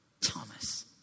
Thomas